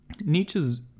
Nietzsche's